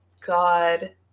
God